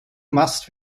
machst